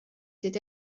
did